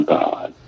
God